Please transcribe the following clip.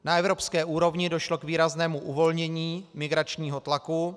Na evropské úrovni došlo k výraznému uvolnění migračního tlaku.